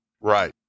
Right